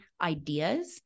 ideas